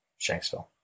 Shanksville